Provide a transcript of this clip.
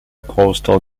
coastal